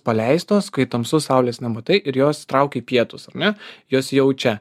paleistos kai tamsu saulės nematai ir jos traukia į pietus ar ne jos jaučia